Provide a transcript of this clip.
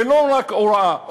ולא רק הוראה.